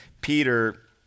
Peter